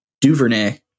Duvernay